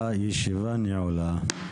הישיבה נעולה.